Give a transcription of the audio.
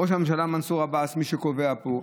ראש הממשלה מנסור עבאס, מי שקובע פה.